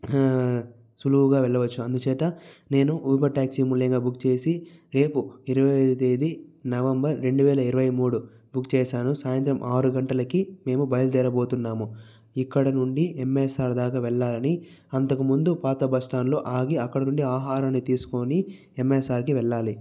సులువుగా వెళ్ళవచ్చు అందుచేత నేను ఊబర్ టాక్సీ మూలంగా బుక్ చేసి రేపు ఇరయవ తేదీ నవంబర్ రెండు వేల ఇరవై మూడు బుక్ చేశాను సాయంత్రం ఆరు గంటలకి మేము బయలుదేరుతున్నాము ఇక్కడ నుండి ఎంఎస్ఆర్ దాక వెళ్ళాలని అంతకు ముందు పాత బస్ స్టాండ్లో ఆగి అక్కడనుండి ఆహారాన్ని తీసుకొని ఎంఎస్ఆర్కి వెళ్ళాలి